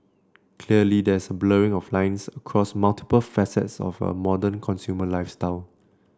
clearly there is a blurring of lines across multiple facets of a modern consumer lifestyle